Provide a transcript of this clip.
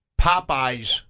Popeyes